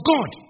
God